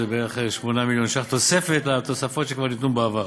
זה בערך 8 מיליון ש"ח תוספת לתוספות שכבר ניתנו בעבר.